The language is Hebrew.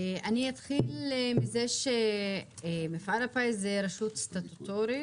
אתחיל מזה שמפעל הפיס הוא רשות סטטוטורית